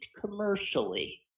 commercially